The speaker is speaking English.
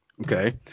Okay